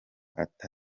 ata